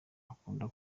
akunda